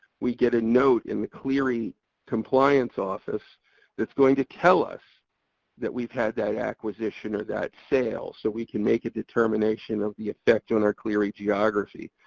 we get a note in the clery compliance office that's going to tell us that we've had that acquisition, or that sale, so we can make a determination of the effect on our clery geography.